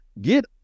get